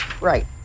right